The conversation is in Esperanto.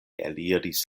eliris